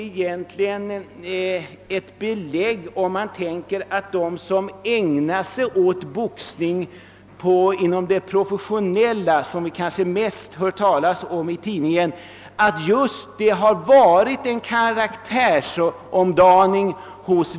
Är inte detta belägg för att de som ägnar sig åt boxning och särskilt professionell sådan — det är denna kategori vi kanske mest hör talas om och kan läsa om i tidningarna — kan undergå och tydligen ibland även undergått en karaktärsförvand ling?